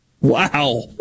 Wow